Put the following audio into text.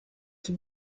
qui